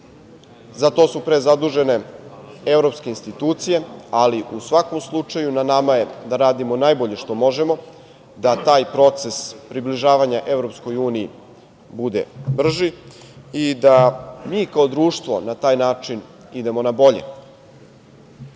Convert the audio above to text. za to su zadužene evropske institucije, ali u svakom slučaju na nama je da radimo najbolje što možemo da taj proces približavanja EU bude brži i da mi kao društvo na taj način idemo na